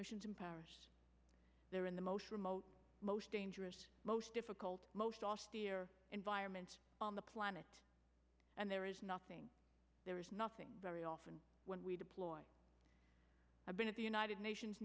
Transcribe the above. missions in paris they're in the most remote most dangerous most difficult most austere environments on the planet and there is nothing there is nothing very often when we deploy i've been at the united nations